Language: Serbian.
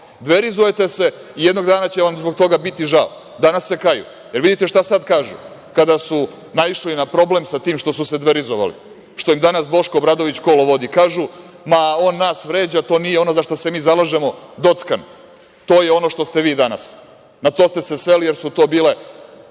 Dverizujete se i jednog dana će vam zbog toga biti žao. Danas se kaju. Da li vidite šta sada kažu, kada su naišli na problem sa tim što su se dverizovali, što im danas Boško Obradović kolo vodi? Kažu – ma, on nas vređa, to nije ono za šta se mi zalažemo. Dockan. To je ono što ste vi danas. Na to ste se sveli, jer su to bile